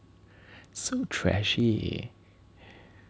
so trashy